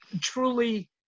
truly